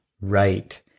Right